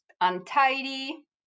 untidy